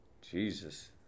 Jesus